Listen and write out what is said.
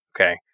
Okay